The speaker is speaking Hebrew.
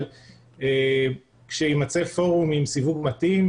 אבל כשיימצא פורום עם סיווג כמובן,